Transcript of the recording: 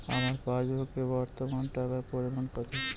আমার পাসবুকে বর্তমান টাকার পরিমাণ কত?